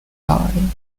line